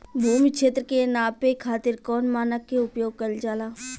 भूमि क्षेत्र के नापे खातिर कौन मानक के उपयोग कइल जाला?